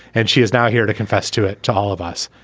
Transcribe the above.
and she is now here to confess to it, to all of us.